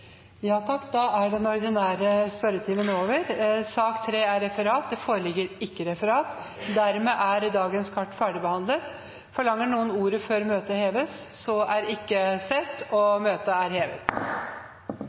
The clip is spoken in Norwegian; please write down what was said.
sak nr. 2 ferdigbehandlet. Det foreligger ikke noe referat. Dermed er dagens kart ferdigbehandlet. Forlanger noen ordet før møtet heves? – Møtet er hevet.